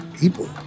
people